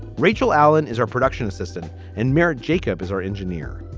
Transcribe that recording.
rachel allen is our production assistant and married. jacob is our engineer.